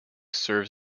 serves